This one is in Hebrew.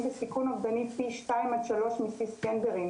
בסיכון אובדני פי שתיים עד שלוש מטרנסג'נדרים,